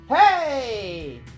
Hey